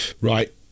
Right